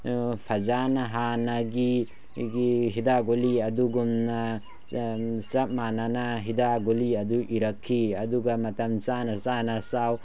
ꯐꯖꯅ ꯍꯥꯟꯅꯒꯤ ꯍꯤꯗꯥꯛ ꯒꯨꯂꯤ ꯑꯗꯨꯒꯨꯝꯅ ꯆꯞ ꯃꯥꯟꯅꯅ ꯍꯤꯗꯥꯛ ꯒꯨꯂꯤ ꯑꯗꯨ ꯏꯔꯛꯈꯤ ꯑꯗꯨꯒ ꯃꯇꯝ ꯆꯥꯅ ꯆꯥꯅ ꯆꯥꯎ